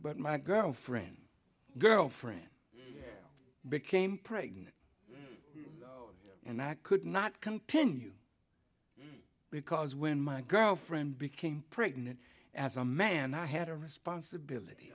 but my girlfriend girlfriend became pregnant and i could not continue because when my girlfriend became pregnant as a man i had a responsibility